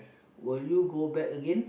will you go back again